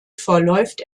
verläuft